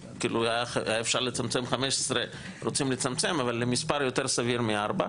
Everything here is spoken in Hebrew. אפשר לצמצם מ-15 למספר יותר סביר מארבע.